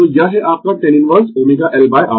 तो यह है आपका tan इनवर्स ω L R